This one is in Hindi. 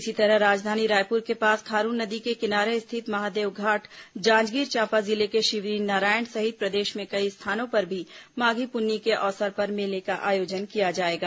इसी तरह राजधानी रायपुर के पास खारून नदी के किनारे स्थित महादेवघाट जांजगीर चांपा जिले के शिवरीनारायण सहित प्रदेश में कई स्थानों पर भी माधी पुन्नी के अवसर पर मेले का आयोजन किया जाएगा